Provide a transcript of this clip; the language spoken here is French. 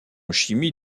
chimie